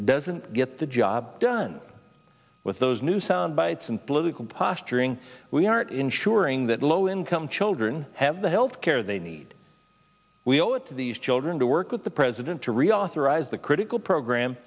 doesn't get the job done with those new sound bites and political posturing we aren't ensuring that low income children have the health care they need we owe it to these children to work with the president to reauthorize the critical program